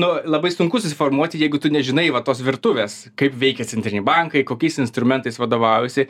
nu labai sunku susiformuoti jeigu tu nežinai va tos virtuvės kaip veikia centriniai bankai kokiais instrumentais vadovaujasi